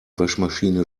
waschmaschine